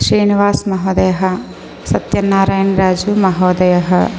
श्रीनिवास् महोदयः सत्यनारायण्राजु महोदयः